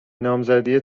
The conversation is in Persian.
نامزدی